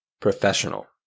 professional